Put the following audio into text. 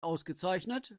ausgezeichnet